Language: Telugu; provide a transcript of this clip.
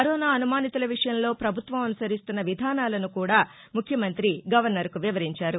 కరోనా అనుమానితుల విషయంలో ప్రభుత్వం అనుసరిస్తున్న విధానాలను కూడా ముఖ్యమంత్రి గవర్నర్కు వివరించారు